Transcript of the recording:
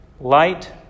light